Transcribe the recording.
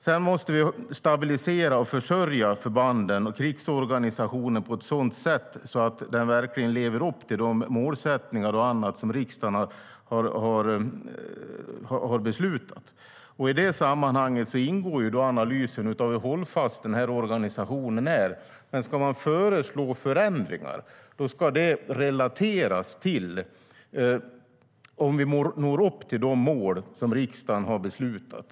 Vi måste stabilisera och försörja förbanden och krigsorganisationen på ett sådant sätt så att de verkligen lever upp till de målsättningar och annat som riksdagen har beslutat. I detta sammanhang ingår analysen av hur hållfast organisationen är. Men ska man föreslå förändringar ska de relateras till om vi når upp till de mål som riksdagen har beslutat.